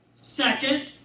Second